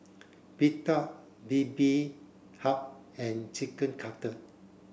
Pita Bibimbap and Chicken Cutlet